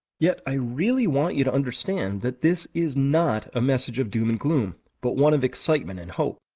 yet i really want you to understand that this is not a message of doom and gloom, but one of excitement and hope.